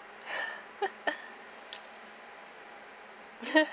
but